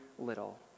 Little